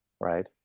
right